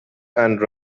and